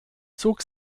zog